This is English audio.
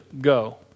go